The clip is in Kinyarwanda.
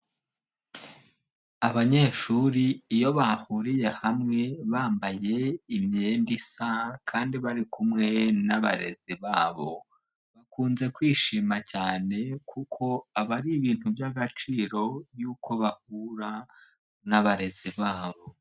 Abanyeshuri iyo bahuriye hamwe bambaye imyenda isa kandi bari kumwe n'abarezi babo bakunze kwishima cyane kuko aba ari ibintu by'agaciro yuko bahura n'abarezi babo.